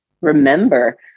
remember